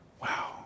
wow